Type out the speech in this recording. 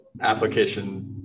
application